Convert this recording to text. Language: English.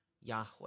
Yahweh